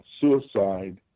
suicide